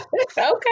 Okay